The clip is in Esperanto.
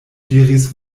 diris